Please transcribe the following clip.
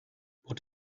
what